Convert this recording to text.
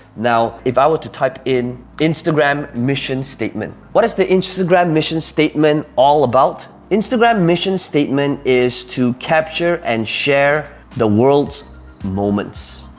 now, if i were to type in instagram mission statement, what is the instagram mission statement all about? instagram mission statement is to capture and share the world's moments.